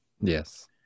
Yes